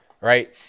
right